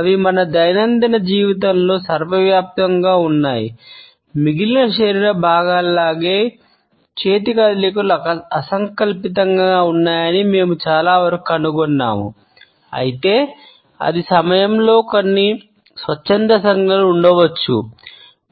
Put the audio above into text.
అవి మన దైనందిన జీవితంలో సర్వవ్యాప్తయంగా సంజ్ఞలు ఉండవచ్చు